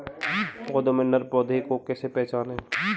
पौधों में नर पौधे को कैसे पहचानें?